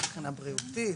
מבחינה בריאותית,